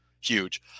huge